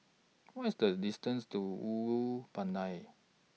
What IS The distance to Ulu Pandan